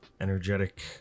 energetic